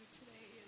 today